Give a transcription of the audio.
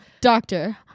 Doctor